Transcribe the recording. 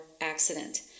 accident